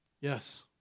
Yes